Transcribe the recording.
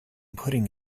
putting